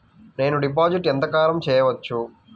నేను డిపాజిట్ ఎంత కాలం చెయ్యవచ్చు?